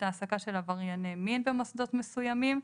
העסקה של עברייני מין במוסדות מסוימים.